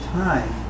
time